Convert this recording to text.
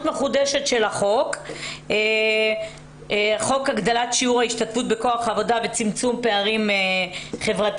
מחודשת של חוק הגדלת שיעור ההשתתפות בכוח עבודה וצמצום פערים חברתיים,